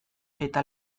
eta